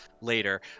later